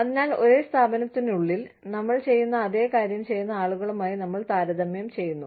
അതിനാൽ ഒരേ സ്ഥാപനത്തിനുള്ളിൽ നമ്മൾ ചെയ്യുന്ന അതേ കാര്യം ചെയ്യുന്ന ആളുകളുമായി നമ്മൾ താരതമ്യം ചെയ്യുന്നു